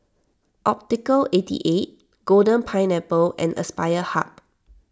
Optical eighty eight Golden Pineapple and Aspire Hub